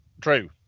true